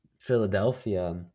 Philadelphia